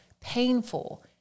painful